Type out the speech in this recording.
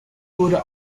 wurde